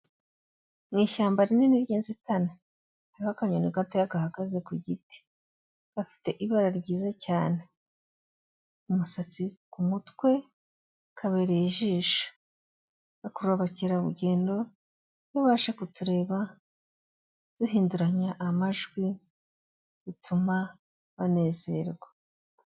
Mu ishyamba rinini ry'inzitane hariho akanya gatoya gahagaze ku giti, gafite ibara ryiza cyane, umusatsi ku mutwe, kabereye ijisho, gakuruba abakerarugendo, iyo baje kutureba duhinduranya amajwi dutuma banezerwa.